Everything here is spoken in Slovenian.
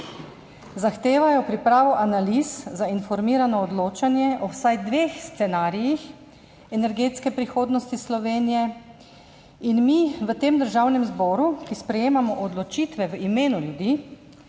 zahtevajo pripravo analiz za informirano odločanje o vsaj dveh scenarijih energetske prihodnosti Slovenije. In mi v tem Državnem zboru, ki sprejemamo odločitve v imenu ljudi,